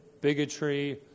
bigotry